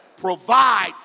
provide